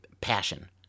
passion